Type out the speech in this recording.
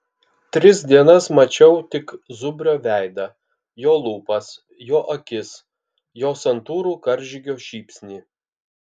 tris dienas mačiau tik zubrio veidą jo lūpas jo akis jo santūrų karžygio šypsnį